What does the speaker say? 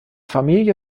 familie